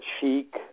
Chic